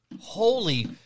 Holy